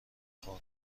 خورم